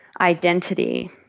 identity